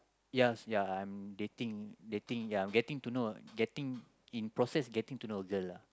yes ya I'm dating dating ya I'm getting to know a getting in process getting to know a girl lah